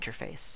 interface